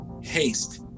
haste